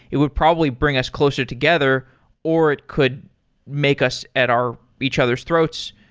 it would probably bring us closer together or it could make us at our each other's throats.